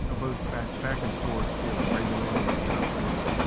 you know both back back and forth with regulator, with the operator,